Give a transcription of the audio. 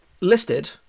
listed